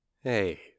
Hey